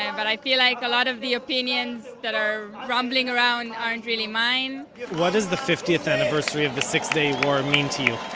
and but i feel like a lot of the opinions that are rumbling around aren't really mine what does the fiftieth anniversary of the six-day war mean to you?